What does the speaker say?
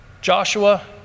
Joshua